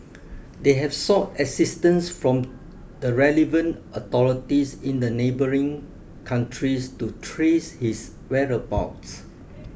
they have sought assistance from the relevant authorities in the neighbouring countries to trace his whereabouts